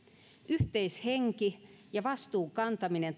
yhteishenki ja vastuun kantaminen